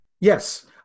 Yes